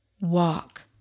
walk